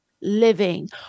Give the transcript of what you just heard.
living